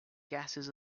gases